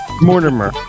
Mortimer